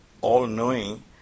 all-knowing